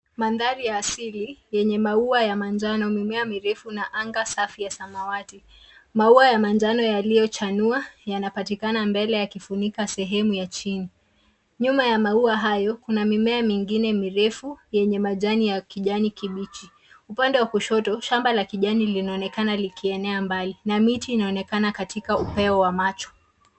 Mandhari ya asali yenye maua ya manjano mimea mirefu na anga safi ya samawati, maua ya manjano yaliyochanua yanapatikana mbele yakifunika sehemu ya chini. Nyuma ya maua hayo kuna mimea mingine mirefu yenye majani ya kijani kibichi. Upande wa kushoto shamba la kijani linaonekana likienea mbali na miti inaonekana katika upeo wa macho.